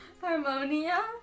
Harmonia